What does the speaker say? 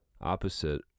Opposite